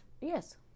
Yes